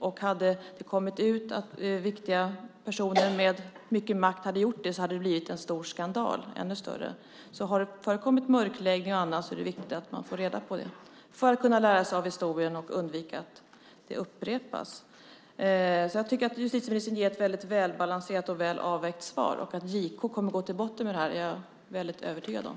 Om det hade kommit ut att viktiga personer med mycket makt hade gjort det hade det blivit en ännu större skandal. Om det har förekommit mörkläggning och annat är det viktigt att man får reda på det för att kunna lära sig av historien och undvika att den upprepas. Jag tycker att justitieministern ger ett välbalanserat och väl avvägt svar, och jag är övertygad om att JK kommer att gå till botten med det här.